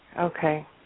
Okay